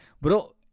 Bro